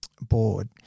board